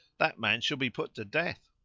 that man shall be put to death.